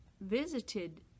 visited